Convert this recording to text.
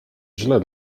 źle